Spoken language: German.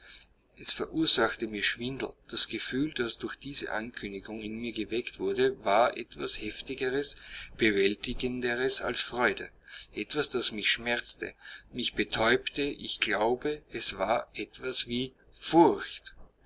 es verursachte mir schwindel das gefühl das durch diese ankündigung in mir geweckt wurde war etwas heftigeres bewältigenderes als freude etwas das mich schmerzte mich betäubte ich glaube es war etwas wie furcht